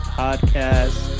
podcast